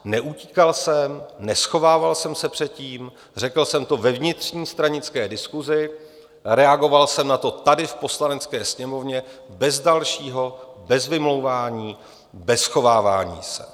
Neutíkal jsem, neschovával jsem se před tím, řekl jsem to ve vnitřní stranické diskusi, reagoval jsem na to tady v Poslanecké sněmovně, bez dalšího, bez vymlouvání, bez schovávání se.